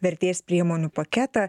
vertės priemonių paketą